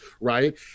right